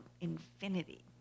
infinity